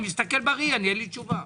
אני מסתכל בראי, אין לי תשובה.